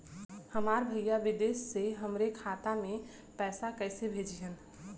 हमार भईया विदेश से हमारे खाता में पैसा कैसे भेजिह्न्न?